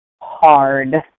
hard